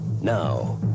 Now